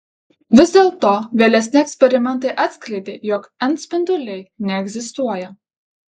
vis dėlto vėlesni eksperimentai atskleidė jog n spinduliai neegzistuoja